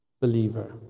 believer